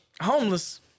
homeless